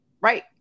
Right